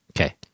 Okay